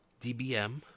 DBM